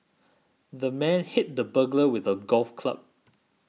the man hit the burglar with a golf club